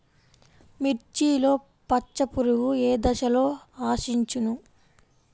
మిర్చిలో పచ్చ పురుగు ఏ దశలో ఆశించును?